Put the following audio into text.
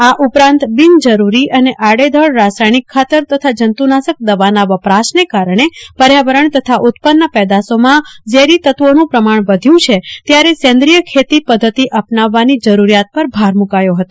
આ ઉપરાંત બિનજરૂરી અને આડેધડ રાસાયણિક ખાતર તથા જંતુનાશક દવાના વપરાશના કારણે પર્યાવરણ તથા ઉત્પન્ન પેદાશોમાં ઝેરી તત્વોનું પ્રમાણ વધ્યુ છે ત્યારે સેન્દ્રીય ખેતી પદ્ધતિ અપનાવવાનો જરૂરીયાત પર ભાર મુકાયો હતો